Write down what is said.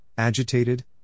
Agitated